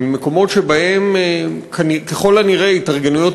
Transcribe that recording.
ממקומות שבהם ככל הנראה התארגנויות